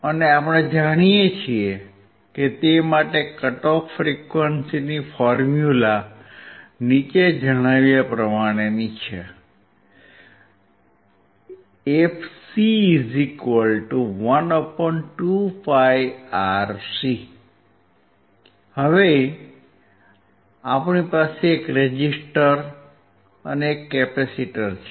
અને આપણે જાણીએ છીએ કે તે માટે કટ ઓફ ફ્રીક્વન્સી ફોર્મ્યુલા નીચે દર્શાવ્યા મુજબ છે fc12πRC હવે આપણી પાસે એક રેઝીસ્ટર અને એક કેપેસીટર છે